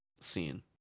scene